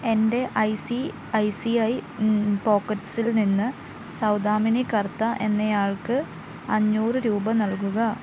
എൻ്റെ I C I C I പോക്കറ്റ്സിൽ നിന്ന് സൗദാമിനി കർത്ത എന്നയാൾക്ക് അഞ്ഞൂറ് രൂപ നൽകുക